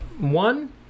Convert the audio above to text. one